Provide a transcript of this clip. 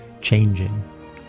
changing